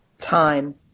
Time